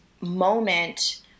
moment